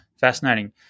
fascinating